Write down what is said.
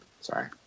sorry